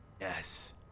Yes